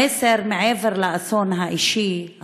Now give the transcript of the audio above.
מעבר לאסון האישי,